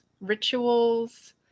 rituals